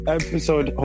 episode